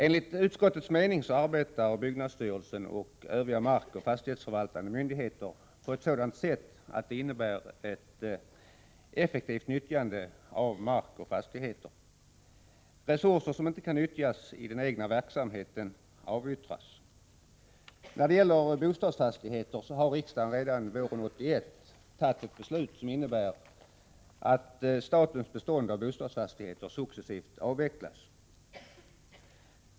Enligt utskottets mening arbetar byggnadsstyrelsen och övriga markoch fastighetsförvaltande myndigheter på ett sådant sätt att det innebär ett effektivt nyttjande av mark och fastigheter. Resurser som inte kan nyttjas i den egna verksamheten bör avyttras. När det gäller bostadsfastigheter har riksdagen redan våren 1981 fattat ett beslut som innebär att statens bestånd av bostadsfastigheter successivt avvecklas.